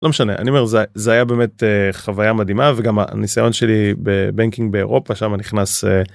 לא משנה, אני אומר, זה היה באמת חוויה מדהימה, וגם הניסיון שלי בבנקינג באירופה שמה נכנס.